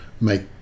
make